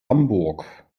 hamburg